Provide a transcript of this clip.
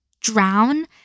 drown